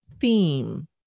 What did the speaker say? theme